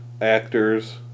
Actors